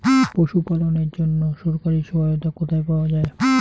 পশু পালনের জন্য সরকারি সহায়তা কোথায় পাওয়া যায়?